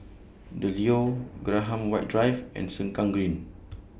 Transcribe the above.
The Leo Graham White Drive and Sengkang Green